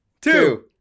two